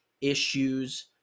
issues